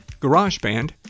GarageBand